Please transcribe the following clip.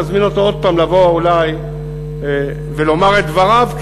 תזמין אותו עוד הפעם לבוא אולי ולומר את דבריו,